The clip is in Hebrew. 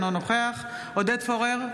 אינו נוכח עודד פורר,